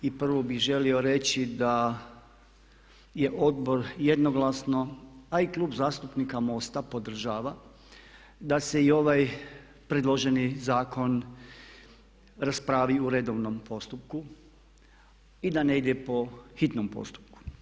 I prvo bih želio reći da je odbor jednoglasno, a i Klub zastupnika MOST-a podržava da se i ovaj predloženi zakon raspravi u redovnom postupku i da ne ide po hitnom postupku.